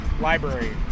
library